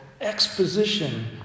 exposition